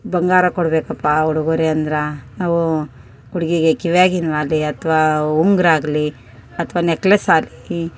ಬಂಗಾರ ಕೊಡಬೇಕಪ್ಪ ಆ ಉಡುಗೊರೆ ಅಂದ್ರೆ ನಾವು ಹುಡ್ಗಿಗೆ ಕಿವಿಯಾಗಿನ ಓಲೆ ಅಥವಾ ಉಂಗ್ರ ಆಗಲಿ ಅಥವಾ ನೆಕ್ಲೇಸ್ ಆಗಲಿ